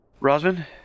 Rosman